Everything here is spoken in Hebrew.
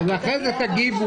אז אחרי זה תגידו.